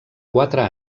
quatre